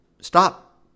stop